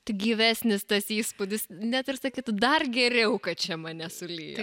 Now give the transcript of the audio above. tik gyvesnis tas įspūdis net ir sakytų dar geriau kad čia mane sulijo